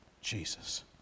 Jesus